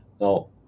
Now